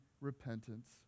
repentance